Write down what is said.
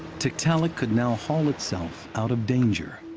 tiktaalik could now haul itself out of danger,